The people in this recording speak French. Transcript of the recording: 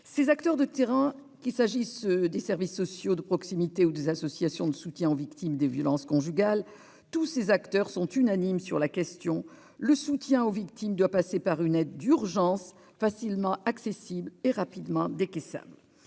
Ces acteurs de terrain, qu'il s'agisse des services sociaux de proximité ou des associations de soutien aux victimes de violences conjugales, sont unanimes sur la question : le soutien aux victimes doit passer par une aide d'urgence, facilement accessible et rapidement décaissable.